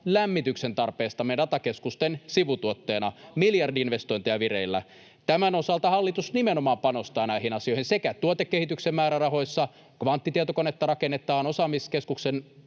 lämmityksen tarpeestamme datakeskusten sivutuotteena — miljardi-investointeja vireillä. Tämän osalta hallitus nimenomaan panostaa näihin asioihin sekä tuotekehityksen määrärahoissa, kun kvanttitietokonetta rakennetaan, osaamiskeskuksen